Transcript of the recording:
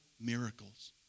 miracles